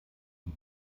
die